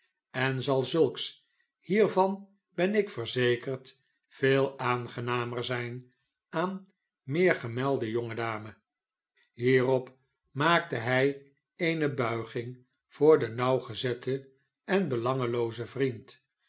en zal zulks hiervan ben ik verzekerd veel aangenamer zijn aan meergemelde jonge dame hierop maakte hij eene buiging voor den nauwgezetten en belangeloozen vriend